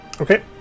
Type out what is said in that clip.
Okay